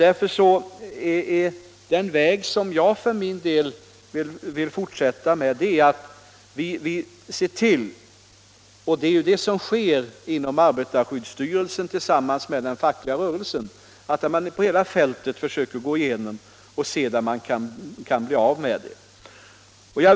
Därför vill jag för min del att vi skall se till — och det är det som sker genom arbetarskyddsstyrelsen tillsammans med den fackliga rörelsen — att göra undersökningar på hela fältet för att se var vi kan bli av med asbesten.